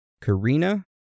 Karina